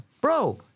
bro